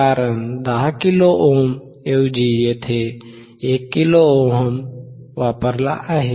कारण 10 kilo ohm ऐवजी इथे 1 kilo ohm वापरला आहे